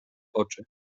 oczy